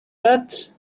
that